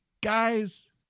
Guys